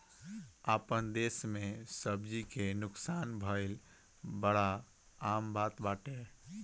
आपन देस में सब्जी के नुकसान भइल बड़ा आम बात बाटे